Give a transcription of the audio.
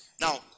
now